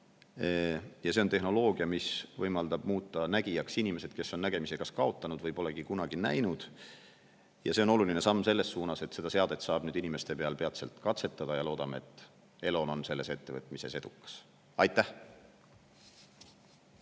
See on tehnoloogia, mis võimaldab muuta nägijaks inimesed, kes on nägemise kas kaotanud või polegi kunagi näinud. See on oluline samm selles suunas, et seda seadet saaks inimeste peal peatselt katsetada, ja loodame, et Elon on selles ettevõtmises edukas. Aitäh!